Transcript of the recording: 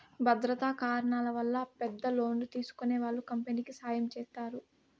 భద్రతా కారణాల వల్ల పెద్ద లోన్లు తీసుకునే వాళ్ళు కంపెనీకి సాయం చేస్తారు